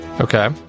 okay